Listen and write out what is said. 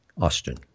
Austin